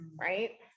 right